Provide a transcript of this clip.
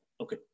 Okay